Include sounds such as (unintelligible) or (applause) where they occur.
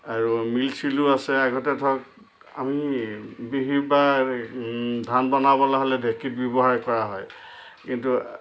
আৰু মিল চিলো আছে আগতে ধৰক আমি (unintelligible) বা ধান বনাবলৈ হ'লে ঢেঁকী ব্যৱহাৰ কৰা হয় কিন্তু